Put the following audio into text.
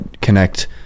connect